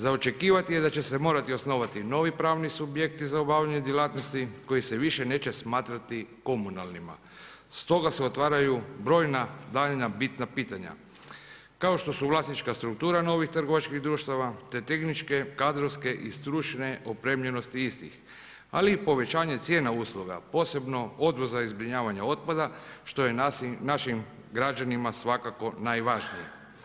Za očekivati je da će se morati osnovati novi pravni subjekti za obavljanje djelatnosti koji se više neće smatrati komunalnima, stoga se otvaraju brojna daljnja bitna pitanja kao što su vlasnička struktura novih trgovačkih društava, te tehničke, kadrovske i stručne opremljenosti istih ali i povećanje cijena usluga posebno odvoza i zbrinjavanja otpada što je našim građanima svakako najvažnije.